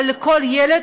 אבל לכל ילד,